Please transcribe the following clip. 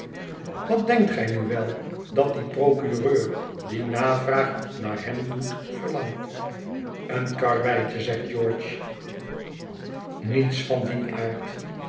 wat denkt gij nu wel dat die procureur die navraag naar hem doet verlangt een karweitje zegt george niets van